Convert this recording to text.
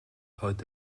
heute